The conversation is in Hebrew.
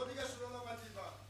לא בגלל שלא למד ליבה.